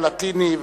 הלטיני,